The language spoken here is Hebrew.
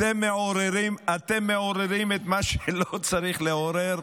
אתם מעוררים את מה שלא צריך לעורר.